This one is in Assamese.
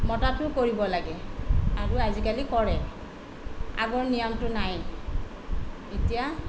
মতাটোও কৰিব লাগে আৰু আজিকালি কৰে আগৰ নিয়মটো নাই এতিয়া